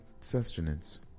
sustenance